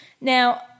Now